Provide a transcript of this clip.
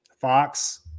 Fox